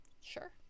sure